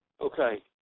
Okay